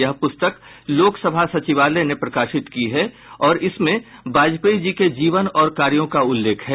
यह प्रस्तक लोकसभा सचिवालय ने प्रकाशित की है और इसमें वाजपेयी जी के जीवन और कार्यों का उल्लेख है